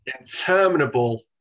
interminable